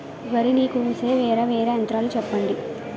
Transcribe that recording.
వరి ని కోసే వేరా వేరా యంత్రాలు చెప్పండి?